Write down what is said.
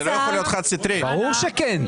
ברור שכן.